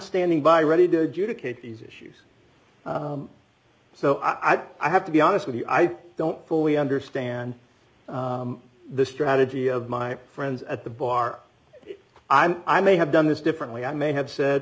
standing by ready to adjudicate these issues so i have to be honest with you i don't fully understand the strategy of my friends at the bar i may have done this differently i may have said